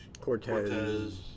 Cortez